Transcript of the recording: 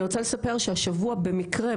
אני רוצה לספר שהשבוע במקרה,